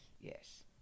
yes